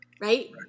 Right